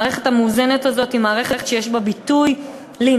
המערכת המאוזנת הזאת היא מערכת שיש בה ביטוי לאינטרסים